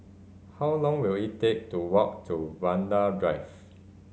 how long will it take to walk to Vanda Drive